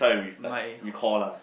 my